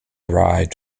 arrived